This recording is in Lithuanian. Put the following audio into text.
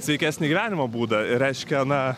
sveikesnį gyvenimo būdą reiškia na